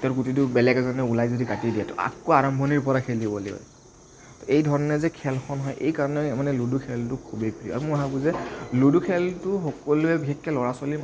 তেওঁৰ গুটিটো বেলেগ এজনে ওলাই যদি কাটি দিয়ে আকৌ আৰম্ভনিৰ পৰা খেলিব লাগিব এই ধৰণে যে খেলখন হয় এই কাৰণেই মানে লুডু খেলটো খুবেই প্ৰিয় আৰু মই ভাবোঁ যে লুডু খেলটো সকলোৱে বিশেষকে ল'ৰা ছোৱালী